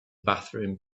bathroom